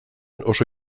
oso